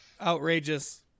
outrageous